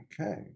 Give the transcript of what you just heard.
Okay